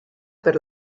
per